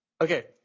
Okay